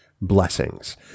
blessings